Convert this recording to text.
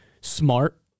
smart